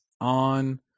on